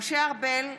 משה ארבל,